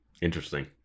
interesting